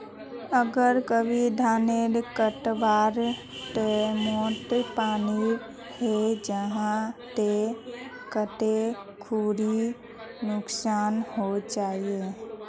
अगर कभी धानेर कटवार टैमोत पानी है जहा ते कते खुरी नुकसान होचए?